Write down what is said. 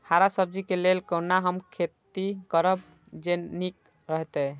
हरा सब्जी के लेल कोना हम खेती करब जे नीक रहैत?